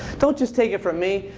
don't just take it from me.